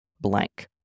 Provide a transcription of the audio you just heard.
blank